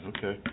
Okay